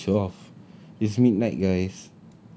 it's only twelve it's midnight guys